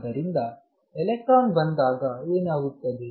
ಆದ್ದರಿಂದ ಎಲೆಕ್ಟ್ರಾನ್ ಬಂದಾಗ ಏನಾಗುತ್ತದೆ